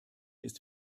ist